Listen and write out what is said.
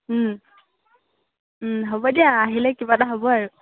ওম ওম হ'ব দিয়া আহিলে কিবা এটা হ'ব আৰু